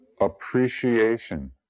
appreciation